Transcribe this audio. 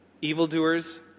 evildoers